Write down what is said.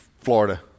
Florida